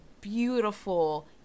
beautiful